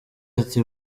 ati